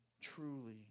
truly